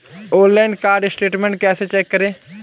Online card statement कैसे check करें?